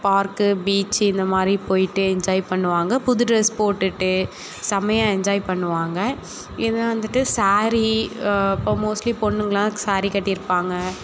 park beach இந்தமாதிரி போய்விட்டு enjoy பண்ணுவாங்க புது ட்ரெஸ் போட்டுட்டு செம்மையா என்ஜாய் பண்ணுவாங்க இல்லைனா வந்துட்டு ஸேரி இப்போது மோஸ்ட்லி பொண்ணுங்களாம் ஸேரி கட்டிருப்பாங்க